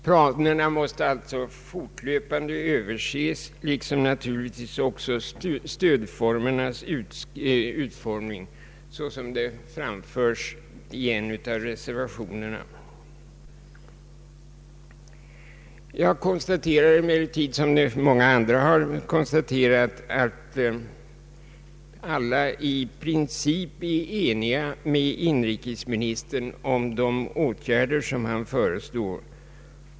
Planerna måste alltså fortlöpande överses, liksom naturligtvis också stödformernas utformning, vilket understryks i en av reservationerna. Jag «konstaterar emellertid, som många andra redan gjort, att alla i princip är eniga med inrikesministern om de åtgärder som han föreslår.